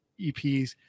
EPs